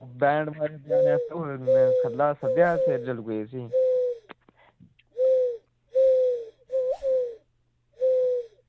band बजानै आस्तै थल्लै दा सद्देआ उसगी सिरजल्लुऐ गी